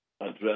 address